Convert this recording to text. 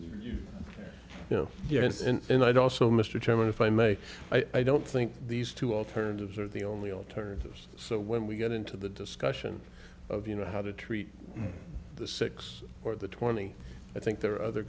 you know and i'd also mr chairman if i may i don't think these two alternatives are the only alternatives so when we get into the discussion of you know how to treat the six or the twenty i think there are other